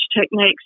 techniques